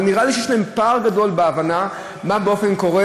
אבל נראה לי שיש להם פער גדול בהבנה מה קורה